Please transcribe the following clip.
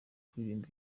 kuririmba